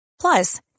Plus